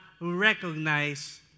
recognize